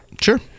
Sure